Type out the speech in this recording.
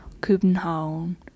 Copenhagen